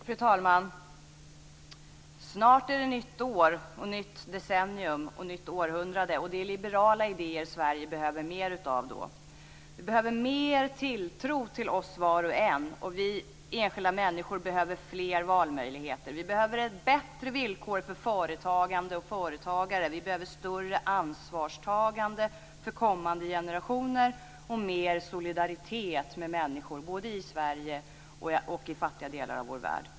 Fru talman! Snart är det nytt år, nytt decennium och nytt århundrade. Det är liberala idéer som Sverige då behöver mer av. Det behövs mer tilltro till oss var och en, och vi enskilda människor behöver fler valmöjligheter. Vi behöver bättre villkor för företagande och företagare. Vi behöver ett större ansvarstagande för kommande generationer och mer solidaritet med människor, både i Sverige och i fattiga delar av vår värld.